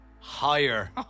Higher